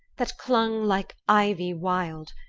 that clung like ivy wild,